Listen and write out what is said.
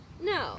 no